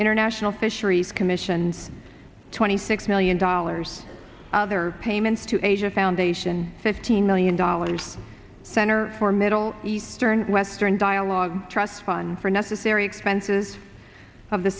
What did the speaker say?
international fish greece commissioned twenty six million dollars other payments to asia foundation fifteen million dollars center for middle eastern western dialogue trust fund for unnecessary expenses of the